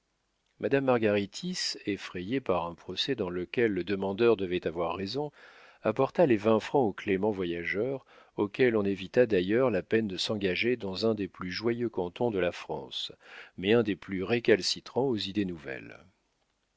madame margaritis effrayée par un procès dans lequel le demandeur devait avoir raison apporta les vingt francs au clément voyageur auquel on évita d'ailleurs la peine de s'engager dans un des plus joyeux cantons de la france mais un des plus récalcitrants aux idées nouvelles